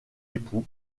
époux